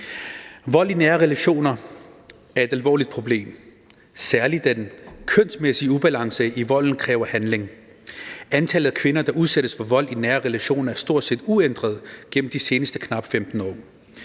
Vold i nære relationer er et alvorligt problem, og særlig den kønsmæssige ubalance i volden kræver handling. Antallet af kvinder, der udsættes for vold i nære relationer, er stort set uændret gennem de seneste knap 15 år.